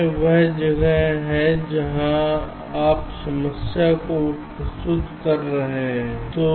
यह वह जगह है जहां आप समस्या को प्रस्तुत कर रहे हैं ठीक है